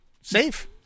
safe